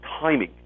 timing